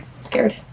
scared